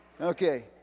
Okay